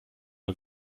man